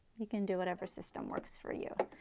you can do whatever system works for you.